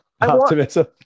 optimism